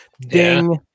Ding